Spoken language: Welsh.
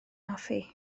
hoffi